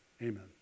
Amen